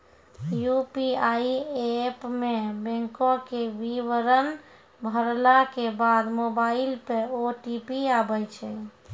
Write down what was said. UPI app मे बैंको के विबरण भरला के बाद मोबाइल पे ओ.टी.पी आबै छै